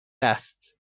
است